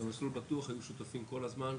ב"מסלול בטוח" היו שותפים כל הזמן,